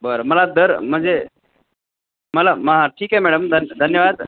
बरं मला दर म्हणजे मला महा ठीक आहे मॅडम धन धन्यवाद